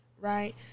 right